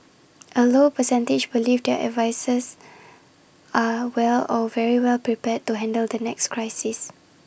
A low percentage believe their advisers are well or very well prepared to handle the next crisis